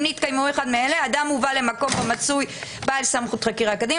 אם נתקיים אחד מאלה: האדם הובא למקום בו מצוי בעל סמכות חקירה כדין,